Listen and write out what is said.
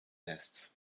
nests